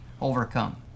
overcome